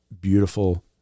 beautiful